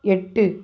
எட்டு